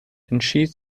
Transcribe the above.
entschied